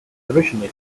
originally